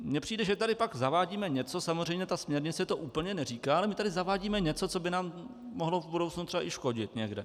Mně přijde, že tady pak zavádíme něco samozřejmě ta směrnice to úplně neříká, ale my tady zavádíme něco, co by nám mohlo v budoucnu třeba i škodit někde.